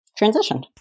transitioned